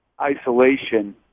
isolation